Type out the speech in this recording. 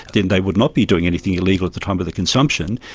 then they would not be doing anything illegal at the time of the consumption,